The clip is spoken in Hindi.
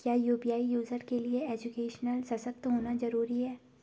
क्या यु.पी.आई यूज़र के लिए एजुकेशनल सशक्त होना जरूरी है?